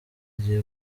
igihe